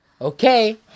Okay